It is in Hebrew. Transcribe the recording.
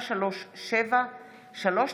437/23,